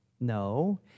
No